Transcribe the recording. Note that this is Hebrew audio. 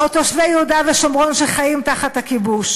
או תושבי יהודה ושומרון, שחיים תחת הכיבוש?